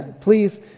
Please